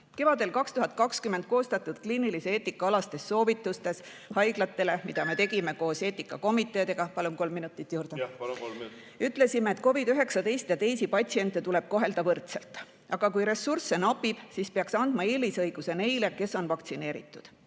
Kevadel 2020 koostatud kliinilise eetika alastes soovitustes haiglatele, mida me tegime koos eetikakomiteedega ... Palun kolm minutit juurde. Jah, palun, kolm minutit. ... ütlesime, et COVID-19- ja teisi patsiente tuleb kohelda võrdselt. Aga kui ressursse napib, siis peaks andma eelisõiguse neile, kes on vaktsineeritud.